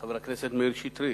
חבר הכנסת מאיר שטרית,